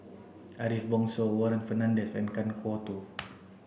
Ariff Bongso Warren Fernandez and Kan Kwok Toh